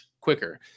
quicker